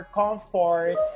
comfort